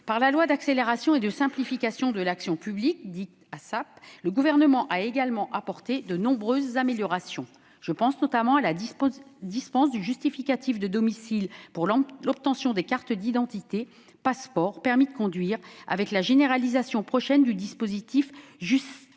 Par la loi d'accélération et de simplification de l'action publique, dite ASAP, le Gouvernement a également apporté de nombreuses améliorations. Je pense notamment à la dispense de justificatif de domicile pour l'obtention des cartes d'identité, passeports et permis de conduire, avec la généralisation prochaine du dispositif Justif'Adresse.